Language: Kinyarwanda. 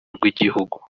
rw’igihugu